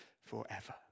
forever